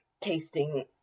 Tasting